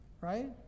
right